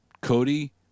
Cody